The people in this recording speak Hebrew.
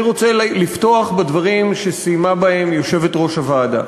אני רוצה לפתוח בדברים שסיימה בהם יושבת-ראש הוועדה,